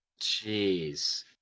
jeez